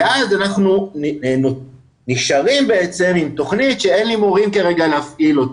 ואז אנחנו נשארים בעצם עם תוכנית שאין לי מורים כרגע להפעיל אותה.